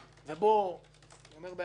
ובו אני אומר בעדינות